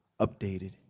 updated